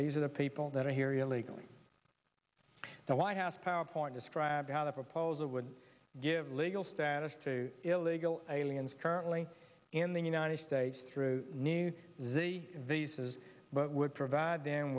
these are the people that are here illegally the white house power point described how the proposal would give legal status to illegal aliens currently in the united states through new the visas but would provide them